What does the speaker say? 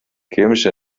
chemische